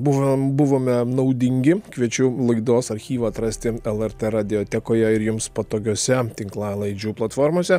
buvom buvome naudingi kviečiu laidos archyvą atrasti lrt radiotekoje ir jums patogiose tinklalaidžių platformose